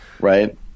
Right